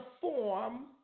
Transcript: form